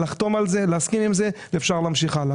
ולחתום עליו ולהסכים על זה ואז אפשר להמשיך הלאה.